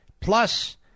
plus